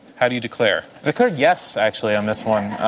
how do you declare? i declare yes, actually, on this one.